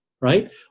right